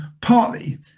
partly